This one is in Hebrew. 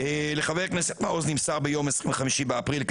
לחבר הכנסת מעוז נמסר ביום 25 באפריל כי